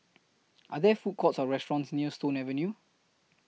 Are There Food Courts Or restaurants near Stone Avenue